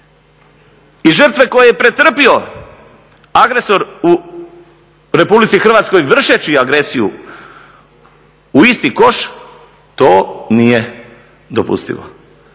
i žrtve koje je pretrpio agresor u Republici Hrvatskoj vršeći agresiju u isti koš, to nije dopustivo.